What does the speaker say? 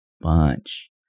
bunch